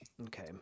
Okay